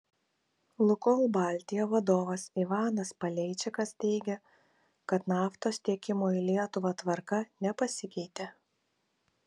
lukoil baltija vadovas ivanas paleičikas teigė kad naftos tiekimo į lietuvą tvarka nepasikeitė